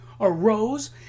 arose